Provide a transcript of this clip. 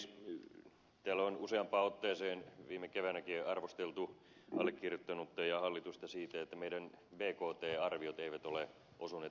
täällä on useampaan otteeseen viime keväänäkin arvosteltu allekirjoittanutta ja hallitusta siitä että meidän bkt arviomme eivät ole osuneet oikeaan